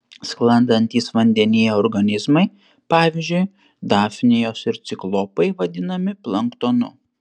sklandantys vandenyje organizmai pavyzdžiui dafnijos ir ciklopai vadinami planktonu